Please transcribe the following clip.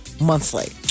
monthly